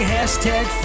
Hashtag